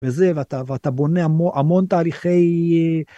וזה ואתה ואתה בונה המון המון תהליכי.